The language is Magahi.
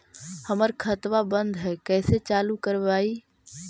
हमर खतवा बंद है कैसे चालु करवाई?